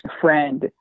Friend